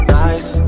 nice